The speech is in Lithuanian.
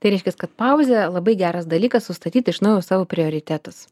tai reiškias kad pauzė labai geras dalykas sustatyt iš naujo savo prioritetus